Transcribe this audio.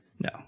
no